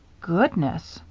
goodness!